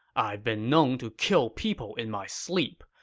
i've been known to kill people in my sleep,